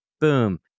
Boom